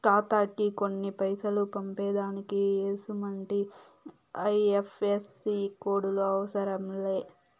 ఖాతాకి కొన్ని పైసలు పంపేదానికి ఎసుమంటి ఐ.ఎఫ్.ఎస్.సి కోడులు అవసరం లే